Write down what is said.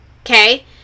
Okay